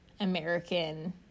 american